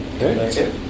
Okay